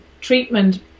treatment